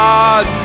God